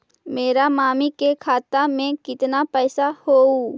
मेरा मामी के खाता में कितना पैसा हेउ?